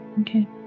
Okay